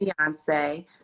Beyonce